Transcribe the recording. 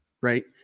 right